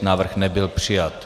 Návrh nebyl přijat.